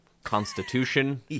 Constitution